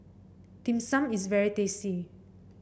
Dim Sum is very tasty